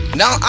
now